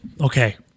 Okay